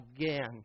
again